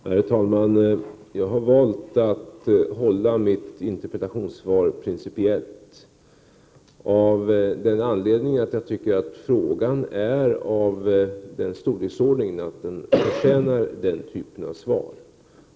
Herr talman! Jag har valt att hålla mitt interpellationssvar principiellt av den anledningen att jag tycker att frågan är av den storleksordning att den förtjänar den typen av svar.